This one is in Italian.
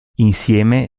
insieme